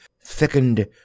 thickened